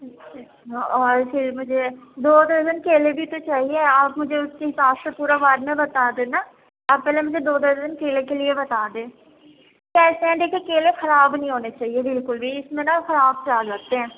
اچھا اور پھر مجھے دو درجن کیلے بھی تو چاہیے آپ مجھے اُس کے حساب سے پورا بعد میں بتا دینا آپ پہلے مجھے دو درجن کیلے کے لیے بتا دیں سر اسٹینڈ کے کیلے خراب نہیں ہونے چاہیے بالکل بھی اِس میں نہ خراب خراب رکھتے ہیں